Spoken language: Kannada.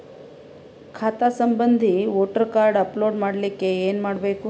ಖಾತಾ ಸಂಬಂಧಿ ವೋಟರ ಕಾರ್ಡ್ ಅಪ್ಲೋಡ್ ಮಾಡಲಿಕ್ಕೆ ಏನ ಮಾಡಬೇಕು?